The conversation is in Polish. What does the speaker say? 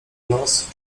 los